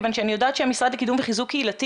כיוון שאני יודעת שהמשרד לקידום וחיזוק קהילתי